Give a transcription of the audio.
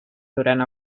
durant